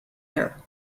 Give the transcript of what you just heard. here